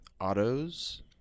Autos